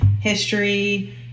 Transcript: history